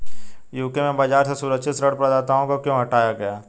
UK में बाजार से सुरक्षित ऋण प्रदाताओं को क्यों हटाया गया?